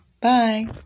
Bye